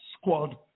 squad